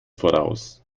voraus